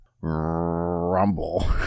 Rumble